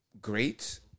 great